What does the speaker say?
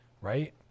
right